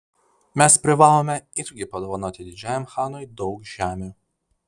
mes privalome irgi padovanoti didžiajam chanui daug žemių